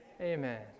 Amen